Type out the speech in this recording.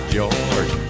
George